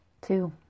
Two